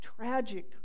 tragic